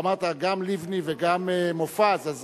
לא, אמרת גם לבני וגם מופז, אז